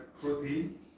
protein